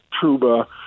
Truba